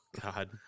God